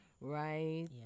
Right